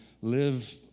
live